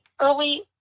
early